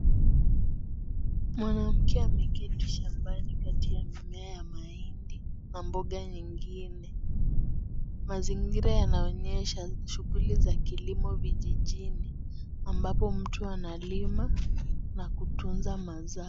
Mwanamke ameketi shambani akitia mimea ya mahindi na mboga nyingine. Mazingira yanaonyesha shughuli za kilimo vijijini ambapo mtu analima na kutunza mazao.